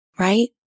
Right